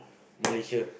Malaysia